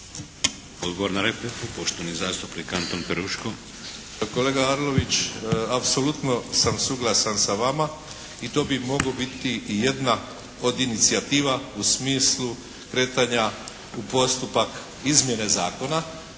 Odgovor na repliku, poštovani zastupnik Anton Peruško. **Peruško, Anton (SDP)** Pa kolega Arlović apsolutno sam suglasan sa vama. I to bi mogao biti i jedna od inicijativa u smislu kretanja u postupak izmjene zakona.